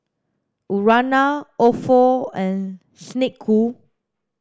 Urana Ofo and Snek Ku